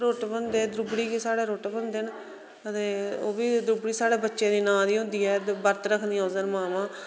रूट्ट बनदे द्रुबड़ी गी स्हाढ़ै रूट्ट बनदे न आ ते ओह् बी द्रुबड़ी स्हाढ़ै बच्चे दे नां हुंदी ऐ उस दिन वर्त रखदियां उस दिन मामां